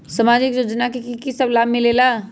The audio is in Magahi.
समाजिक योजनानुसार कि कि सब लाब मिलीला?